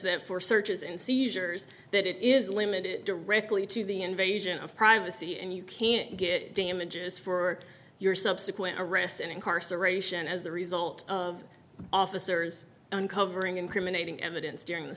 that for searches and seizures that it is limited directly to the invasion of privacy and you can't get damages for your subsequent arrest and incarceration as the result of officers uncovering incriminating evidence during the